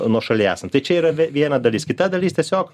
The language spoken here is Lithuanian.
nuošaly esam tai čia yra vie viena dalis kita dalis tiesiog